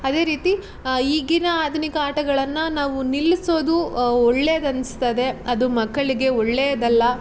ಅದೇ ರೀತಿ ಈಗಿನ ಆಧುನಿಕ ಆಟಗಳನ್ನು ನಾವು ನಿಲ್ಲಿಸೋದು ಒಳ್ಳೆದು ಅನಿಸ್ತದೆ ಅದು ಮಕ್ಕಳಿಗೆ ಒಳ್ಳೆಯದಲ್ಲ